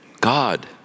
God